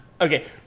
okay